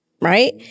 right